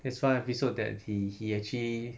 that's one episode that he he actually